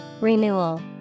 Renewal